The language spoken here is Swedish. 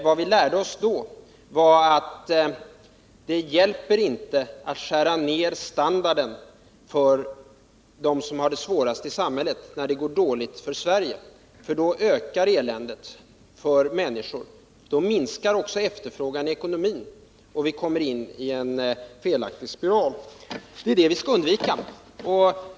Vad vi lärde oss då var att det inte hjälper att skära ner standarden för dem som har det svårast i samhället när det går dåligt för Sverige. Då ökar eländet för människor. Då minskar också efterfrågan i ekonomin, och vi kommer in i en felaktig spiral. Det är det vi skall undvika.